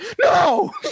No